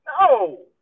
No